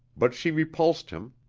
but she repulsed him.